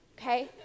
okay